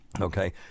Okay